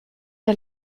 der